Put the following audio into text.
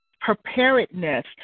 preparedness